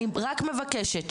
אני אגיד לכם משהו,